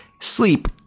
Sleep